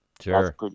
Sure